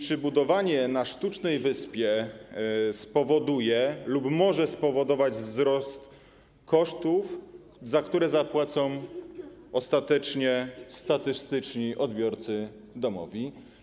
Czy budowanie na sztucznej wyspie spowoduje lub może spowodować wzrost kosztów, za które zapłacą ostatecznie statystyczni odbiorcy domowi?